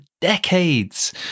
decades